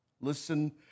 listen